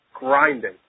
grinding